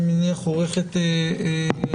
אני פותח את ישיבת ועדת החוקה, חוק ומשפט.